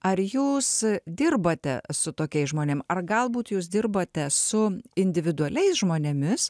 ar jūs dirbate su tokiais žmonėm ar galbūt jūs dirbate su individualiais žmonėmis